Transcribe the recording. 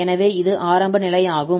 எனவே இது ஆரம்ப நிலை ஆகும்